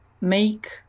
make